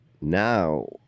now